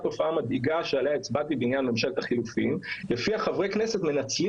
תופעה מדאיגה שעליה הצבעתי בעניין ממשלת החילופין לפיה חברי כנסת מנצלים